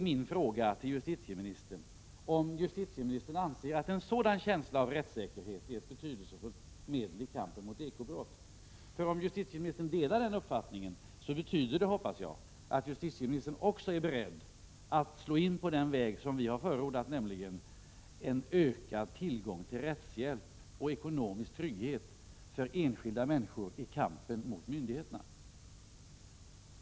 Min fråga är om justitieministern anser att en sådan känsla av rättssäkerhet är ett betydelsefullt medel i kampen mot eko-brott. Om justitieministern delar den uppfattningen betyder det, hoppas jag, att justitieministern också är beredd att slå in på den väg som vi har förordat, nämligen en ökad tillgång till rättshjälp och ekonomisk trygghet för enskilda människor i kamp mot myndigheter.